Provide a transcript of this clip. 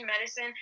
medicine